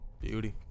Beauty